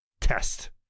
test